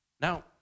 Now